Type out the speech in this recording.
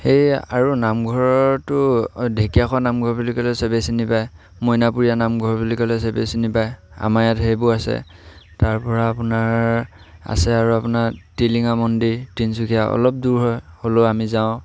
সেই আৰু নামঘৰটো ঢেকীয়াখোৱা নামঘৰ বুলি ক'লে চেবেই চিনি পায় মইনাপুৰীয়া নামঘৰ বুলি ক'লে চবেই চিনি পায় আমাৰ ইয়াত সেইবোৰ আছে তাৰপৰা আপোনাৰ আছে আৰু আপোনাৰ টিলিঙা মন্দিৰ তিনিচুকীয়া অলপ দূৰ হয় হ'লেও আমি যাওঁ